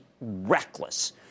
reckless